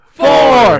four